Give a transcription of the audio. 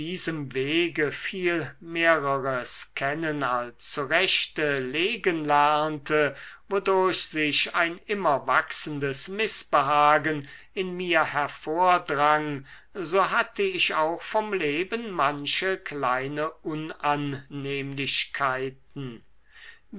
wege viel mehreres kennen als zurechte legen lernte wodurch sich ein immer wachsendes mißbehagen in mir hervordrang so hatte ich auch vom leben manche kleine unannehmlichkeiten